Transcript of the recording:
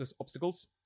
obstacles